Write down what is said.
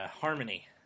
Harmony